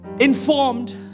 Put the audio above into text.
Informed